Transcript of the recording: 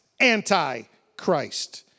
anti-Christ